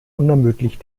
unermüdlich